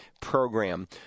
program